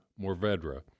Morvedra